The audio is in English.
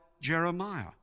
Jeremiah